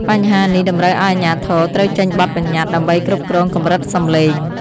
បញ្ហានេះតម្រូវឱ្យអាជ្ញាធរត្រូវចេញបទបញ្ញត្តិដើម្បីគ្រប់គ្រងកម្រិតសំឡេង។